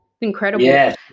Incredible